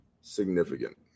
Significant